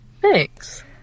thanks